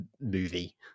movie